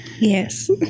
Yes